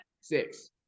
Six